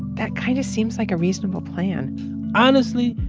that kind of seems like a reasonable plan honestly,